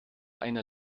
einer